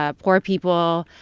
ah poor people,